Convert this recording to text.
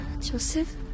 Joseph